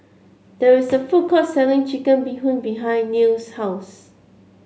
there is a food court selling Chicken Bee Hoon behind Nils' house